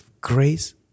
grace